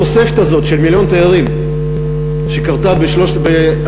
התוספת הזאת של מיליון תיירים שקרתה בשלוש